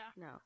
no